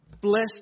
blessed